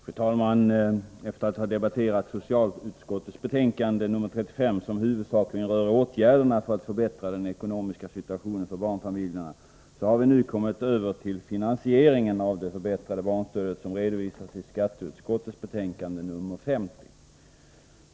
Fru talman! Efter att ha debatterat socialutskottets betänkande nr 35, som huvudsakligen rör åtgärderna för att förbättra den ekonomiska situationen för barnfamiljerna, har vi nu kommit över till finansieringen av det förbättrade barnstödet, som redovisas i skatteutskottets betänkande nr 50.